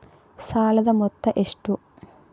ಸಾಲದ ಮೊತ್ತ ಎಷ್ಟು?